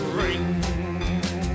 ring